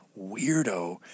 weirdo